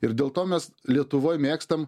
ir dėl to mes lietuvoj mėgstam